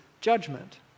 judgment